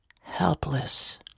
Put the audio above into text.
helpless